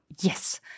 Yes